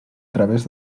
través